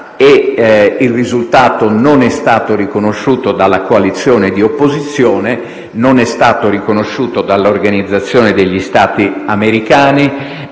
il risultato non è stato riconosciuto dalla coalizione di opposizione, né dall'Organizzazione degli Stati americani,